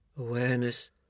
Awareness